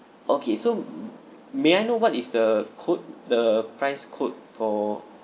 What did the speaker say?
okay so m~ may I know what is the code the price code for